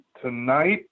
tonight